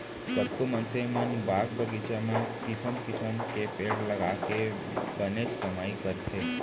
कतको मनसे मन बाग बगीचा म किसम किसम के पेड़ लगाके बनेच कमाई करथे